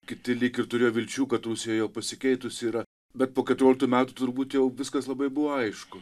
kiti lyg ir turėjo vilčių kad rusija jau pasikeitus yra bet po keturioliktų metų turbūt jau viskas labai buvo aišku